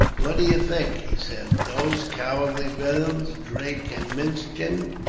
what do you think? he said. those cowardly villains, drake and minchin,